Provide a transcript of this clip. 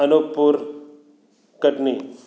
Anuppur Katni